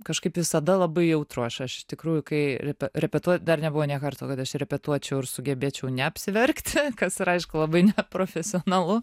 kažkaip visada labai jautru aš aš iš tikrųjų kai repe repetuoju dar nebuvo nė karto kad aš repetuočiau ir sugebėčiau neapsiverkt kas yra aišku labai neprofesionalu